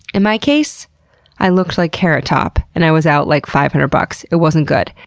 in my case i looked like carrot top and i was out like five hundred bucks. it wasn't good.